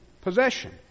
possession